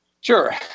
Sure